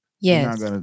Yes